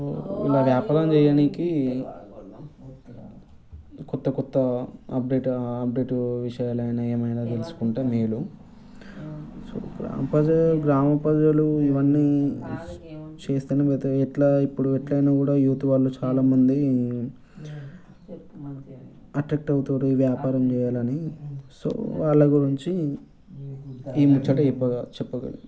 so వ్యాపారం చేయనీకి కొత్త కొత్త అప్డేట్ అప్డేట్ విషయాలు అయినా ఏమైనా తెలుసుకుంటే మేలు సో గ్రామ ప్రజ గ్రామ ప్రజలు ఇవన్నీ చేస్తేనే కదా ఎట్లా ఇప్పుడు ఎట్లయినా కూడా యూత్ వాళ్ళు చాలామంది అట అట అవుతారు ఈ వ్యాపారం చేయాలని సో వాళ్ల గురించి ఈ ముచ్చట చెప్పగా చెప్పగా